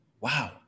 wow